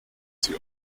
sie